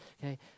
okay